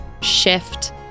shift